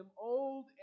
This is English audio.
old